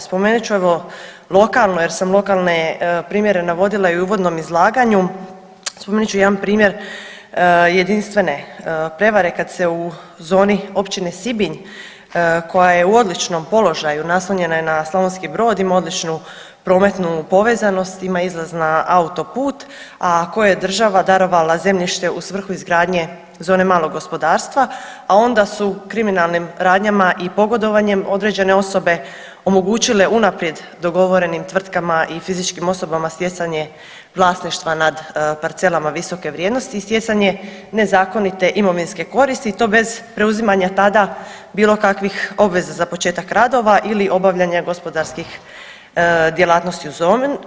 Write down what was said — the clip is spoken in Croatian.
Spomenut ću evo lokalne jer sam lokalne primjere navodila i u uvodnom izlaganju, spomenut ću jedan primjer jedinstvene prevare kad se u zoni općine Sibinj koja je u odličnom položaju, naslonjena je na Slavonski Brod, ima odličnu prometnu povezanost, ima izlaz na autoput, a koje je država darovala zemljište u svrhu izgradnje zone malog gospodarstva, a onda su kriminalnim radnjama i pogodovanjem određene osobe omogućile unaprijed dogovorenim tvrtkama i fizičkim osobama stjecanje vlasništva nad parcelama visoke vrijednosti i stjecanje nezakonite imovinske koristi i to bez preuzimanja tada bilo kakvih obveza za početak radova ili obavljanja gospodarskih djelatnosti u